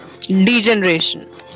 degeneration